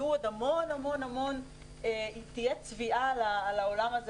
יהיו עוד המון המון המון תהיה --- על העולם הזה